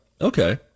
Okay